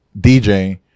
dj